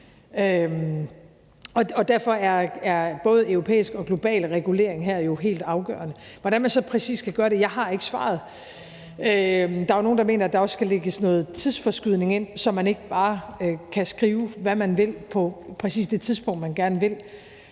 Derfor er både europæisk og global regulering jo helt afgørende her. Hvordan man så præcis skal gøre det, har jeg ikke svaret på. Der er nogle, der mener, at der også skal lægges noget tidsforskydning ind, så man ikke bare kan skrive, hvad man vil, på præcis det tidspunkt, man gerne vil.